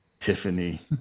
Tiffany